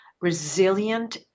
resilient